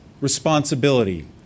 responsibility